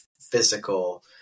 physical